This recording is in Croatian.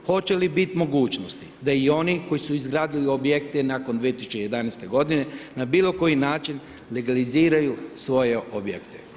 Hoće li biti mogućnosti da i oni koji su izgradili objekte nakon 2011. godine, na bilo koji način, legaliziraju svoje objekte?